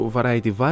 Variety